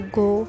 go